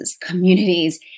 communities